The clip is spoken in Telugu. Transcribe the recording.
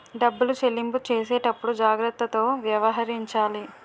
డబ్బులు చెల్లింపు చేసేటప్పుడు జాగ్రత్తతో వ్యవహరించాలి